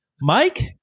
Mike